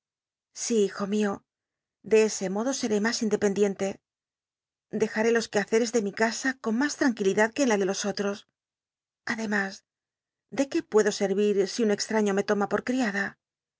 si hijo mio y de ese modo seré mas independiente dej m los c uehacct'cs de mi casa con mas ianr uilidad que en la de los ol os ademas de qué puedo set'íi si un exttaiio me toma por criada